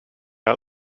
out